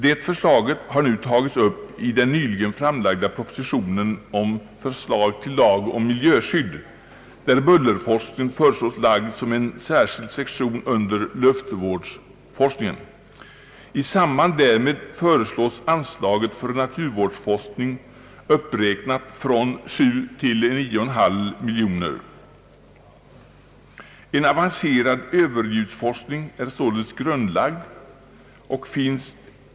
Det förslaget har nu tagits upp i den nyligen framlagda propositionen om förslag till lag om miljöskydd. Man föreslår där att bullerforskningen lägges på en särskild sektion under luftvårdsforskningen. I samband därmed föreslås att anslaget för naturvårdsforskning höjs från 7 miljoner kronor till 9,5 miljoner kronor. Grunden är således lagd till en avancerad överljudsforskning.